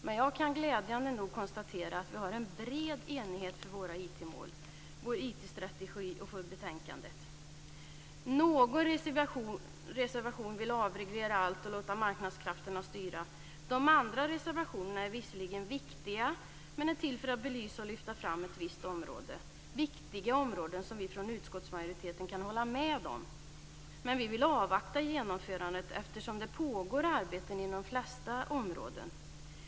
Men jag kan glädjande nog konstatera att vi har en bred enighet för våra IT-mål, vår IT-strategi och för betänkandet. I någon reservation vill man avreglera allt och låta marknadskrafterna styra. De andra reservationerna är visserligen viktiga, men är till för att belysa och lyfta fram ett visst område. Det är viktiga områden som vi från utskottsmajoriteten kan hålla med om, men vi vill avvakta med genomförandet eftersom det pågår arbeten inom de flesta områden.